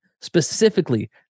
specifically